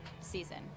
season